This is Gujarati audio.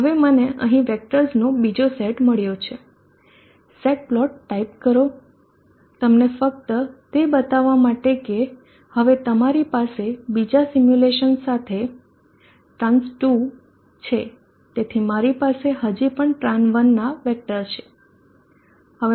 હવે મને અહીં વેક્ટર્સનો બીજો સેટ મળ્યો છે સેટ પ્લોટ ટાઇપ કરો તમને ફક્ત તે બતાવવા માટે કે હવે તમારી પાસે બીજા સિમ્યુલેશન સાથે tran two છે તેથી મારી પાસે હજી પણ tran 1 નાં વેક્ટર છે